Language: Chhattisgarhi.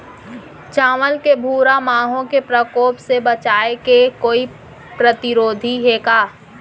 चांवल के भूरा माहो के प्रकोप से बचाये के कोई प्रतिरोधी हे का?